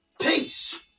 Peace